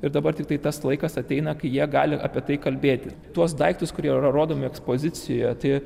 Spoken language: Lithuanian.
ir dabar tiktai tas laikas ateina kai jie gali apie tai kalbėti tuos daiktus kurie yra rodomi ekspozicijoje tai